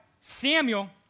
Samuel